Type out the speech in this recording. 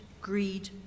greed